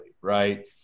right